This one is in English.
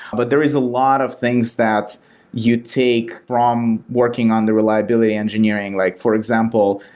but there is a lot of things that you take from working on the reliability engineering. like for example,